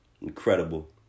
Incredible